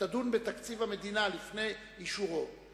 שתדון בתקציב המדינה לפני אישורו,